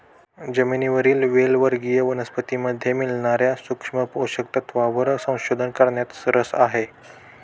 जमिनीवरील वेल वर्गीय वनस्पतीमध्ये मिळणार्या सूक्ष्म पोषक तत्वांवर संशोधन करण्यात रस आहे